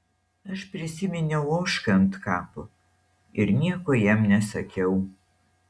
aš prisiminiau ožką ant kapo ir nieko jam nesakiau